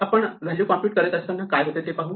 आपण value compute करत असताना काय होते ते पाहू